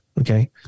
Okay